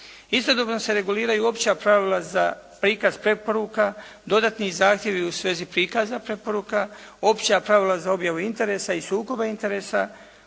Istodobno se reguliraju opća pravila za prikaz preporuka, dodatni zahtjevi u svezi prikaza preporuka, opća pravila za objavu interesa i sukoba interesa